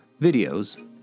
videos